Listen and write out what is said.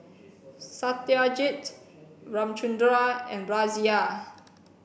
Satyajit Ramchundra and Razia